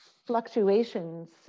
fluctuations